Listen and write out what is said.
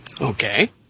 Okay